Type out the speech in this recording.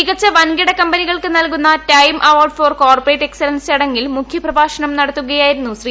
മികച്ച വൻകിട കമ്പനികൾക്ക് നൽകുന്ന time awards for corporate excellence ചടങ്ങിൽ മുഖ്യപ്പ്രഭാഷണം നടത്തുകയായിരുന്നു ശ്രീ